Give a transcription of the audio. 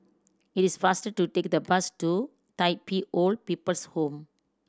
it is faster to take the bus to Tai Pei Old People's Home